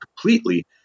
completely